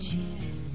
Jesus